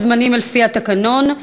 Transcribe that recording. יש זמנים לפי התקנון.